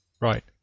Right